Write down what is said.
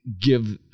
give